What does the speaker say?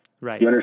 Right